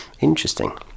interesting